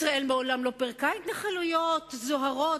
ישראל מעולם לא פירקה התנחלויות זוהרות,